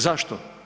Zašto?